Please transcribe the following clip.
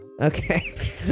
Okay